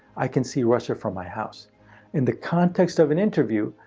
i can see russia from my house in the context of an interview,